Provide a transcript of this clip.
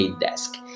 desk